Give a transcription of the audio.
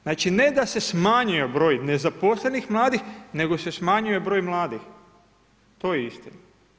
Znači ne da se smanjio broj nezaposlenih mladih, nego se smanjio broj mladih, to je istina.